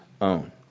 own